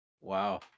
wow